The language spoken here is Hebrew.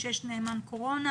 כשיש נאמן קורונה,